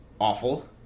awful